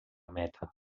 meta